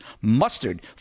Mustard